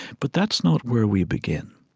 but that's not where we begin.